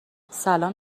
سلام